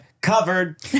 covered